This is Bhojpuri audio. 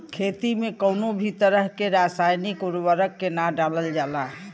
खेती में कउनो भी तरह के रासायनिक उर्वरक के ना डालल जाला